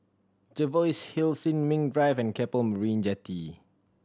Jervois Hill Sin Ming Drive and Keppel Marina Jetty